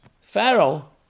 Pharaoh